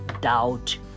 doubt